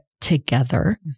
together